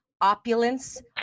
opulence